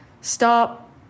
Stop